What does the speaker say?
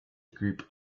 group